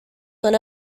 son